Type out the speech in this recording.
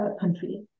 country